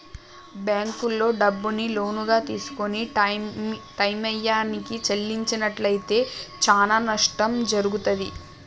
బ్యేంకుల్లో డబ్బుని లోనుగా తీసుకొని టైయ్యానికి చెల్లించనట్లయితే చానా నష్టం జరుగుతాది